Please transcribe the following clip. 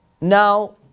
Now